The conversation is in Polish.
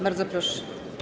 Bardzo proszę.